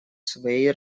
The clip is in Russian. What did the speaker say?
своей